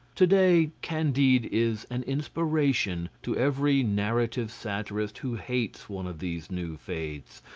to-day candide is an inspiration to every narrative satirist who hates one of these new faiths,